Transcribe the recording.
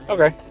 Okay